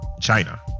China